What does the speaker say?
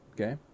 Okay